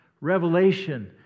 Revelation